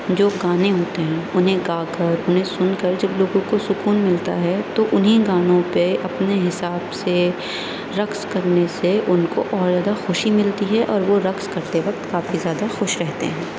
جو گانے ہوتے ہیں انہیں گا کر انہیں سن کر جب لوگوں کو سکون ملتا ہے تو انہی گانوں پہ اپنے حساب سے رقص کرنے سے ان کو اور زیادہ خوشی ملتی ہے اور وہ رقص کرتے وقت کافی زیادہ خوش رہتے ہیں